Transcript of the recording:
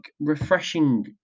refreshing